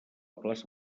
plaça